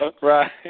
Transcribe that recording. Right